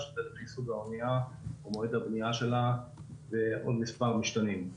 לפי סוג האונייה ומועד הבנייה שלה ועוד מספר משתנים.